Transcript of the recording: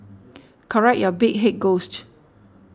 correct your big head ghost